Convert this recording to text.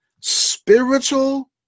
spiritual